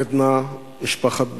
עדנה, משפחת בוים,